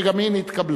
שגם היא נתקבלה.